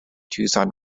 tucson